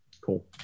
Cool